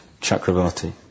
Chakravarti